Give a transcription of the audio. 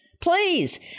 Please